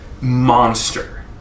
monster